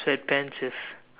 sweat pants with